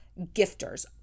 gifters